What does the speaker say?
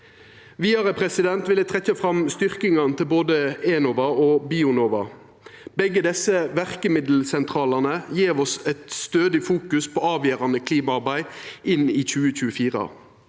Vidare vil eg trekkja fram styrkingane til både Enova og Bionova. Begge desse verkemiddelsentralane gjev oss eit stødig fokus på avgjerande klimaarbeid inn i 2024.